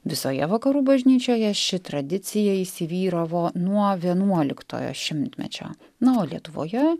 visoje vakarų bažnyčioje ši tradicija įsivyravo nuo vienuoliktojo šimtmečio na o lietuvoje